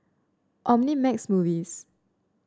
Omnimax Movies